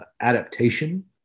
adaptation